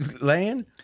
laying